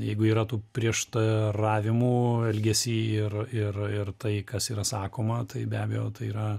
jeigu yra tų prieštaravimų elgesy ir ir ir tai kas yra sakoma tai be abejo tai yra